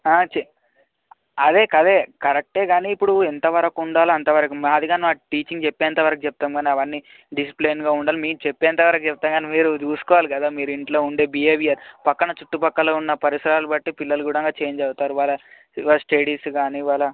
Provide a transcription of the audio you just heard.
చె అదే అదే కరెక్టే కానీ ఇప్పుడు ఎంతవరకు ఉండాలో అంతవరకు మాది కానీ టీచింగ్ చెప్పేంతవరకు చెప్తాం కానీ అవన్నీ డిసిప్లేన్గా ఉండాలి మేము చెప్పేంతవరకుచెప్తాం కానీ మీరు చూసుకోవాలి కదా మీరు ఇంట్లో ఉండే బిహేవియర్ పక్కన చుట్టుపక్కల ఉన్న పరిసరాలు బట్టి పిల్లలు కూడా చేంజ్ అవుతారు వాళ్ళ వాళ్ళ స్టడీస్ కానీ వాళ్ళ